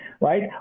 right